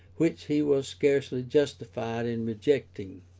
which he was scarcely justified in rejecting.